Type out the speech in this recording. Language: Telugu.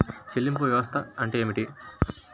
చెల్లింపు వ్యవస్థ అంటే ఏమిటి?